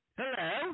hello